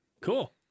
Cool